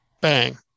bang